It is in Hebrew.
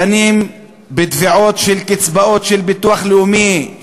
דנים בתביעות של קצבאות של ביטוח לאומי,